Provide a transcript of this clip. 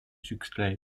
succèdent